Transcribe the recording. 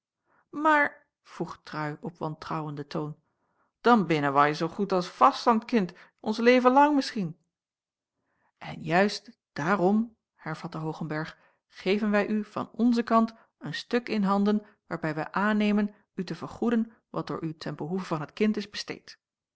mair vroeg trui op wantrouwenden toon dan binnen wai zoo goed als vast a'n het kind ons leven lang misschien en juist daarom hervatte hoogenberg geven wij u van onzen kant een stuk in handen waarbij wij aannemen u te vergoeden wat door u ten behoeve van het kind is besteed